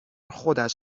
خودش